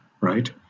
right